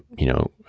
you know,